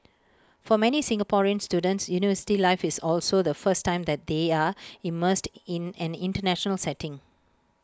for many Singaporean students university life is also the first time that they are immersed in an International setting